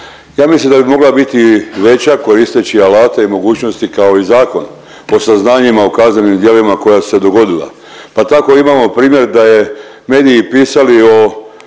Ja mislim da bi mogla biti veća koristeći alate i mogućnosti kao i zakon. Po saznanjima u kaznenim djelima koja su se dogodila pa tako imamo primjer da je mediji pisali o